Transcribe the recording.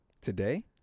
Today